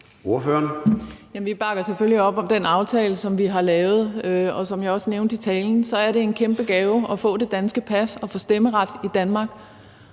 Vi bakker selvfølgelig op om den aftale, som vi har lavet, og som jeg også nævnte i talen, er det en kæmpe gave at få det danske pas og få stemmeret i Danmark.